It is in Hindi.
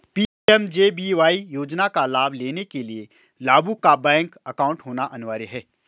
पी.एम.जे.बी.वाई योजना का लाभ लेने के लिया लाभुक का बैंक अकाउंट होना अनिवार्य है